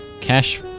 Cash